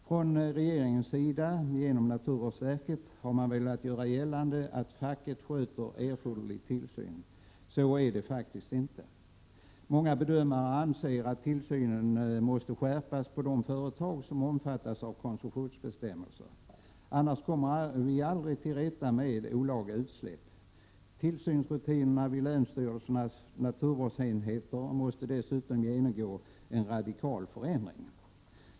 Från regeringens sida har man genom naturvårdsverket velat göra gällande att facket sköter erforderlig tillsyn. Så är det faktiskt inte. Många bedömare anser att tillsynen måste skärpas på de företag som omfattas av koncessionsbestämmelser. Annars kommer man aldrig till rätta med olaga utsläpp. Tillsynsrutinerna vid länsstyrelsernas naturvårdsenheter måste dessutom genomgå en radikal förändring.